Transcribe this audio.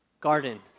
Garden